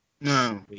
No